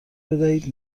بدهید